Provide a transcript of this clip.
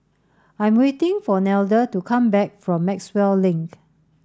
I'm waiting for Nelda to come back from Maxwell Link